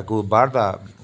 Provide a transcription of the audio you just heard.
अग्गु बाह्र दा